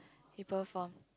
people from